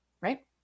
right